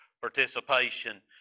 participation